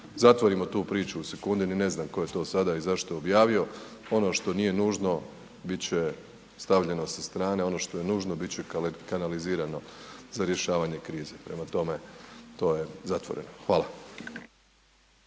zatvorimo tu priču u sekundi, ni ne znam ko je to sada i zašto objavio, ono što nije nužno, bit će stavljeno sa strane, ono što je nužno, bit će kanalizirano za rješavanje krize. Prema tome, to je zatvoreno. Hvala.